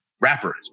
rappers